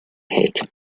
hit